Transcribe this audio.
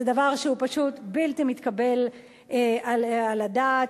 זה דבר שהוא פשוט בלתי מתקבל על הדעת,